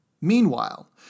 Meanwhile